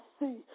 see